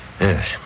Yes